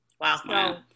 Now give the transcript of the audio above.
Wow